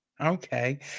okay